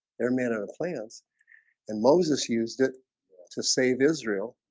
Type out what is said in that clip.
they're made out of plants and moses used it to save israel.